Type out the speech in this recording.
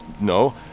no